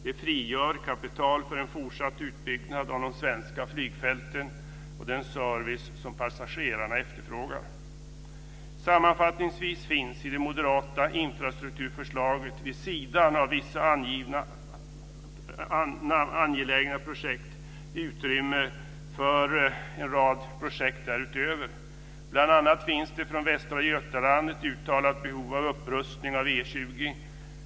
Det frigör kapital för en fortsatt utbyggnad av de svenska flygfälten och den service som passagerarna efterfrågar. Sammanfattningsvis finns i det moderata infrastrukturförslaget vid sidan av vissa angivna angelägna projekt utrymme för en rad projekt därutöver. Bl.a. finns det från Västra Götaland ett uttalat behov av upprustning av E 20.